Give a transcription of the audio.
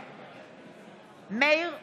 בעד מאיר פרוש,